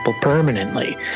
permanently